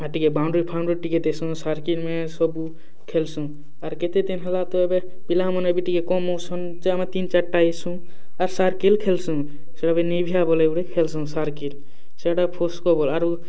ଆର୍ ଟିକେ boundary foundry ଟିକେ ଦେସୁଁ ସାର୍କିଲ୍ ନେ ସବୁ ଖେଲ୍ସୁଁ ଆର୍ କେତେ ଦିନ୍ ହେଲା ତ ଏବେ ପିଲାମାନେ ବି ଟିକେ କମ୍ ଆଉଛନ୍ ଯେ ଆମେ ତିନ୍ ଚାଏର୍ଟା ଆଏସୁଁ ଆର୍ ସାର୍କିଲ୍ ଖେଲ୍ସୁଁ ସେଟା ଭି ବଲ୍ରେ ଗୁଟେ ଖେଲ୍ସୁଁ ସାରକିଲ୍ ସେଟା ଫସ୍କୋ ବଲ୍ ଆରୁ